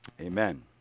Amen